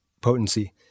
potency